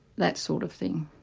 that sort of thing.